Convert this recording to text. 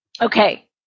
Okay